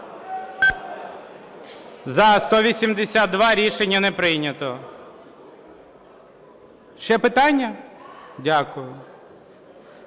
За-182 Рішення не прийнято. Ще питання? Дякую.